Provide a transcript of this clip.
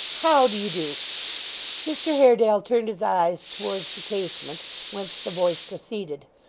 how do you do mr haredale turned his eyes towards the casement whence the voice proceeded,